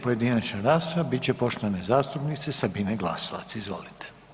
pojedinačna rasprava bit će poštovane zastupnice Sabine Glasovac, izvolite.